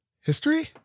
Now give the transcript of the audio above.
history